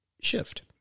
shift